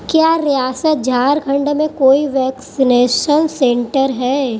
کیا ریاست جھارکھنڈ میں کوئی ویکسینیشن سینٹر ہے